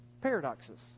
paradoxes